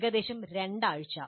ഏകദേശം 2 ആഴ്ച